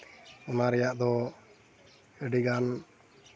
ᱚᱱᱟ ᱨᱮᱭᱟᱜ ᱫᱚ ᱟᱹᱰᱤᱜᱟᱱ